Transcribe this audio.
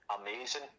amazing